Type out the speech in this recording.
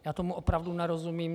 Já tomu opravdu nerozumím.